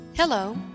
Hello